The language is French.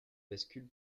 bascule